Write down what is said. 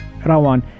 Rawan